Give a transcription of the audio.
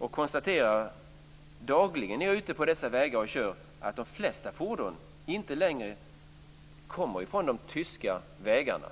Jag konstaterar dagligen när jag är ute och kör på dessa vägar att de flesta fordon inte längre kommer från de tyska vägarna.